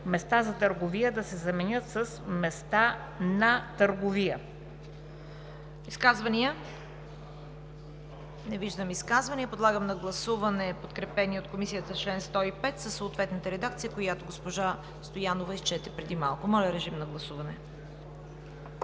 „места за търговия“ да се заменят с „места на търговия“.